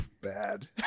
bad